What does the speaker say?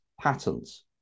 patterns